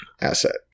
asset